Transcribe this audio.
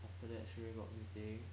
after that straight away got meeting